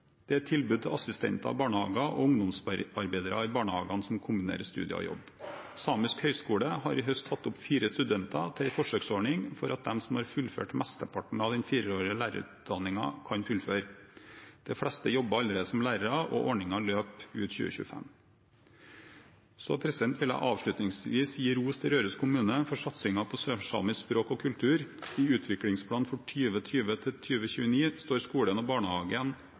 Det er et tilbud til assistenter og barnehage- og ungdomsarbeidere i barnehagene som kombinerer studier og jobb. Samisk høgskole har i høst tatt opp fire studenter til en forsøksordning for at de som har fullført mesteparten av den fireårige lærerutdanningen, kan fullføre. De fleste jobber allerede som lærere. Ordningen løper til 2025. Jeg vil avslutningsvis gi ros til Røros kommune for satsingen på sørsamisk språk og kultur. I utviklingsplanen for 2020–2029 står skole og